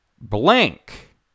blank